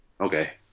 Okay